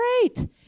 great